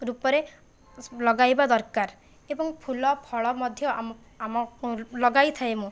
ରୂପରେ ଲଗାଇବା ଦରକାର ଏବଂ ଫୁଲ ଫଳ ମଧ୍ୟ ଆମ ଆମ ଲଗାଇଥାଏ ମୁଁ